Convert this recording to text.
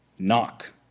Knock